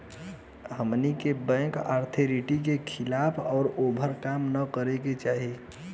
हमनी के bank authority के खिलाफ या ओभर काम न करे के चाही